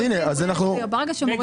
מ-60% ל-75%,